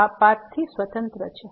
આ પાથ થી સ્વતંત્ર છે